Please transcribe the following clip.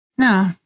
No